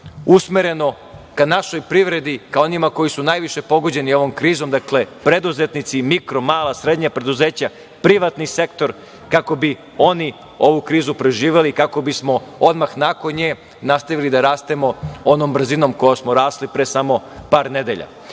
usmereno ka našoj privredi, ka onima koji su najviše pogođeni ovom krizom, preduzetnici, mikro, mala i srednja preduzeća, privatni sektor, kako bi oni ovu krizu preživeli i kako bismo odmah nakon nje nastavili da rastemo onom brzinom kojom smo rasli pre samo par nedelja. Neću